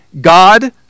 God